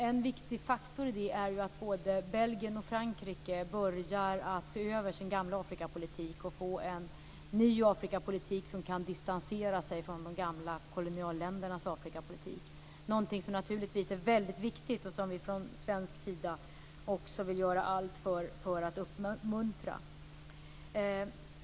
En viktig faktor i det är att både Belgien och Frankrike börjar att se över sin gamla Afrikapolitik och få en ny Afrikapolitik som kan distansera sig från de gamla kolonialländernas Afrikapolitik. Det är någonting som naturligtvis är väldigt viktigt och som vi från svensk sida också vill göra allt för att uppmuntra.